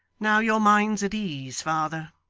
now your mind's at ease, father